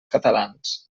catalans